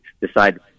decide